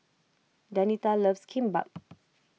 Danita loves Kimbap